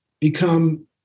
become